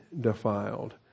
defiled